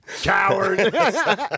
Coward